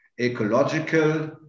Ecological